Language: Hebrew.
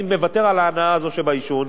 אני מוותר על ההנאה הזאת שבעישון,